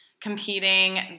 competing